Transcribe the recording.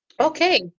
okay